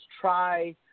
try